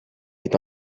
est